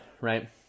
right